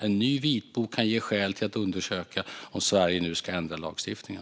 En ny vitbok kan ge skäl till att undersöka om Sverige nu ska ändra lagstiftningen.